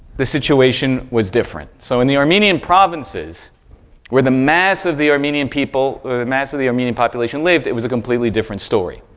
the situation was different. so, in the armenian provinces where the mass of the armenian people, or the mass of the armenian population lived, it was a completely different story.